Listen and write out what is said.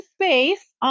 space